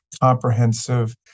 comprehensive